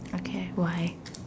okay why